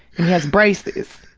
and he has braces,